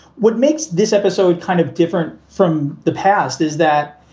what makes this episode kind of different from the past is that,